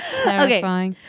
Okay